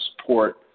support